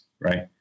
right